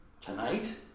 Tonight